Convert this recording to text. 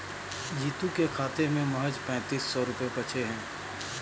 जीतू के खाते में महज पैंतीस सौ रुपए बचे हैं